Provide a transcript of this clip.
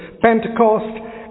Pentecost